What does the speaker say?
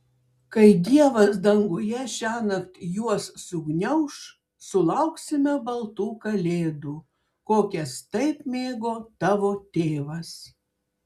kai dievas danguje šiąnakt juos sugniauš sulauksime baltų kalėdų kokias taip mėgo tavo tėvas